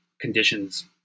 conditions